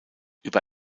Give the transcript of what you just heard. über